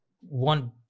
one